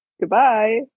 goodbye